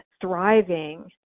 thriving